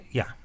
ja